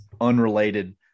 unrelated